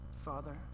Father